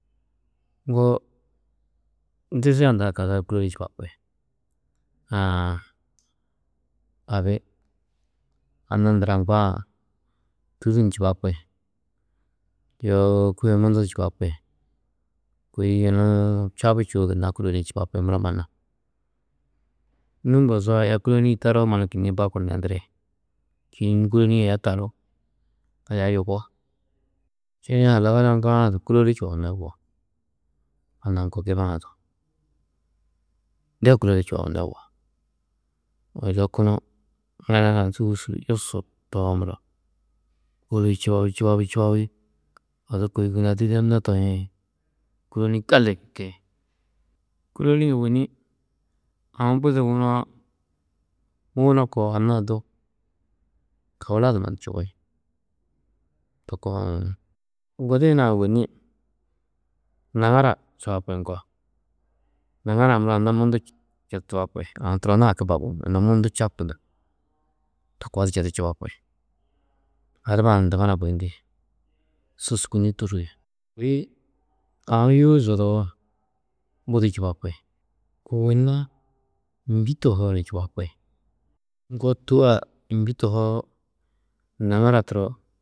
Ŋgo dizia ndurã kûloli čubapi aã abi anna ndura ŋgoa-ã Tû du ni čubapi yoo kôe mundu du čubapi kôi yunu čabu čûwo gunna kûloli-ĩ čubapi mura mannu. Nû mbozoo aya kûloli-ĩ taroo mannu kînniĩ baburu nendiri čîidi nû kûloli-ĩ aya tarú, aya yugó čêne-ã halagana ŋgoa-ã kûloli čubabunó yugó, anna ŋgo giba-ã du, de kûloli čubabunó yugó. Odo kunu ŋila hunã tûdušu, yusu, tohoo muro kûloli čubabî, čubabî, čubabî odu kôi ŋila dîgidemno tohĩ hi kûloli-ĩ gali hiki. Kûloli-ĩ ôwonni aũ budi muguno koo anna du kawula du mannu čubi, to koo uũ. Gudi hunã ôwonni naŋara čubapi ŋgo, naŋara-ã muro anna mundu čubapi, aũ turonnu haki babuú, anna mundu čabtundu ni to koo di četu čubapi, adiba-ã ni dubana guyindi su sûguni tûrri. Kôi aũ yûo zodoo, budi čubapi ôwonni mbî tohoo ni čubapi. Ŋgo Tû a mbî tohoo naŋara turo.